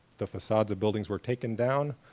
the facades of buildings were taken down,